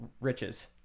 riches